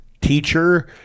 teacher